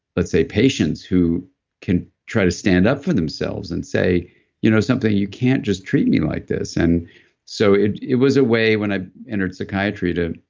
let's say patients who can try to stand up for themselves and say you know something, you can't just treat me like this. and so it it was a way, when i entered psychiatry, to